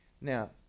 Now